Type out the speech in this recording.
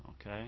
okay